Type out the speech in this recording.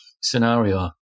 scenario